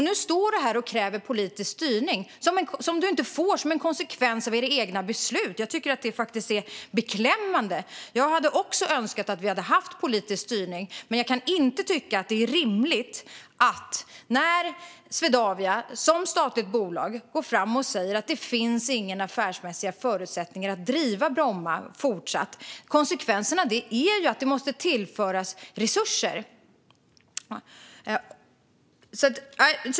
Nu står du här och kräver politisk styrning, vilket du inte får som en konsekvens av era egna beslut. Jag tycker att det är beklämmande. Jag hade också önskat att vi hade haft politisk styrning. Jag kan inte tycka att det här är rimligt. Swedavia går som statligt bolag fram och säger att det inte finns några affärsmässiga förutsättningar för att fortsätta driva Bromma. Konsekvensen av det är att det måste tillföras resurser.